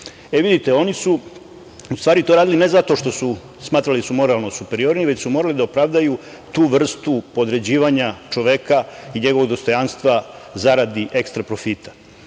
zapada. Vidite, oni su u stvari to radili ne zato što su smatrali da su moralno superiorniji, već su morali da opravdaju tu vrstu podređivanja čoveka i njegovog dostojanstva zaradi ekstra profita.